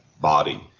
body